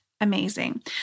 amazing